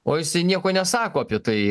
o jisai nieko nesako apie tai